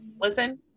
Listen